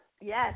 Yes